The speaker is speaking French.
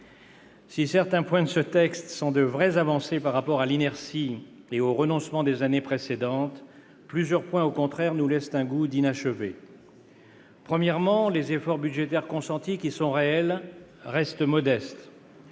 Si certains points de ce texte sont de vraies avancées par rapport à l'inertie et aux renoncements des années précédentes, plusieurs autres, au contraire, nous laissent un goût d'inachevé. Premièrement, les efforts budgétaires consentis, qui sont réels, restent modestes.